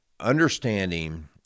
Understanding